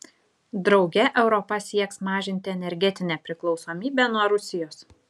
drauge europa sieks mažinti energetinę priklausomybę nuo rusijos